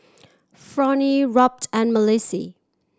Fronie Robt and Malissie